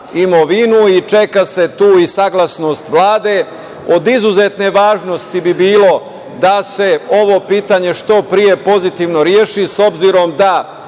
imovinu i čeka se tu i saglasnost Vlade. Od izuzetne važnosti bi bilo da se ovo pitanje što pre pozitivno reši, s obzirom da